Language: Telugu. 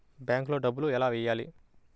బ్యాంక్లో డబ్బులు ఎలా వెయ్యాలి?